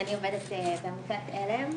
אני עובדת בעמותת על"ם.